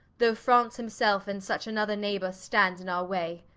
though france himselfe, and such another neighbor stand in our way.